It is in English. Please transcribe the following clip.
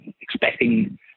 expecting